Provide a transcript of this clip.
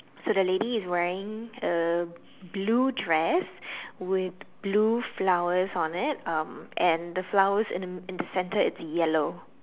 so the lady is wearing a blue dress with blue flowers on it um and the flowers in the in the center is yellow